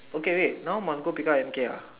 okay wait now must go pick up M_K ah